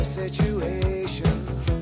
situations